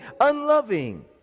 unloving